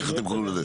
איך אתם קוראים לזה?